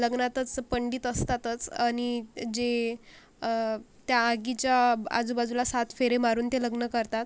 लग्नातच पंडीत असतातच आणि जे त्या आगीच्या आजूबाजूला सात फेरे मारून ते लग्न करतात